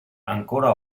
ancora